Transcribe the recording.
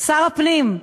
שר הפנים,